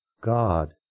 God